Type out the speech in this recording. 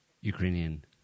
Ukrainian